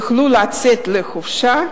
יכלו לצאת לחופשי,